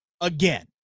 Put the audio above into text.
again